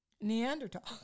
Neanderthal